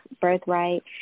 birthright